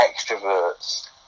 extroverts